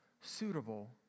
suitable